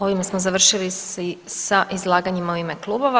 Ovime smo završili sa izlaganjima u ime klubova.